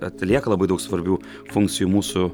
atlieka labai daug svarbių funkcijų mūsų